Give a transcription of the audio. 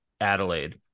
Adelaide